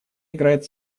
играет